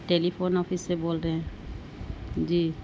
telephone office سے بول رہے ہیں جی